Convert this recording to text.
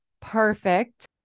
perfect